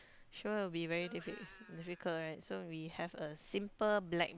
sure will be very diffi~ difficult right so we have a simple black